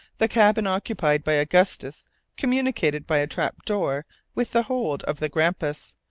the cabin occupied by augustus communicated by a trap-door with the hold of the grampus,